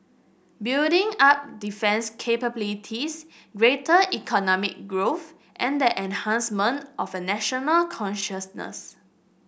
building up defence capabilities greater economic growth and the enhancement of a national consciousness